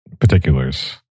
particulars